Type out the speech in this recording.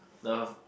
the